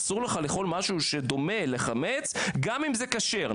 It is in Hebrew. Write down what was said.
אסור לך לאכול משהו שדומה לחמץ גם אם זה כשר,